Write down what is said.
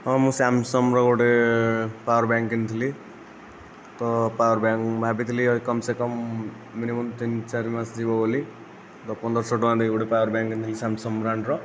ହଁ ମୁଁ ସାମସଙ୍ଗର ଗୋଟିଏ ପାୱାର ବ୍ୟାଙ୍କ୍ କିଣିଥିଲି ତ ପାୱାର ବ୍ୟାଙ୍କ୍ ମୁଁ ଭାବିଥିଲି କମ୍ ସେ କମ୍ ମିନିମମ୍ ତିନି ଚାରି ମାସ ଯିବ ବୋଲି ତ ପନ୍ଦର ଶହ ଟଙ୍କା ଦେଇ ଗୋଟିଏ ପାୱାର ବ୍ୟାଙ୍କ୍ କିଣିଥିଲି ସାମସଙ୍ଗ ବ୍ରାଣ୍ଡର